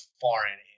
foreign